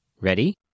Ready